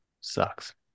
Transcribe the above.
Sucks